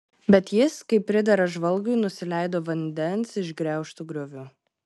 bet jis kaip pridera žvalgui nusileido vandens išgraužtu grioviu